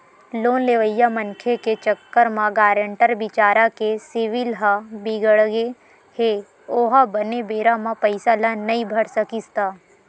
loan लेवइया मनखे के चक्कर म गारेंटर बिचारा के सिविल ह बिगड़गे हे ओहा बने बेरा म पइसा ल नइ भर सकिस त